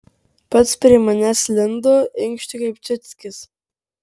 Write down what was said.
pats prie manęs lindo inkštė kaip ciuckis